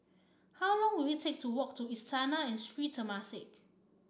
how long will it take to walk to Istana and Sri Temasek